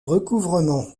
recouvrement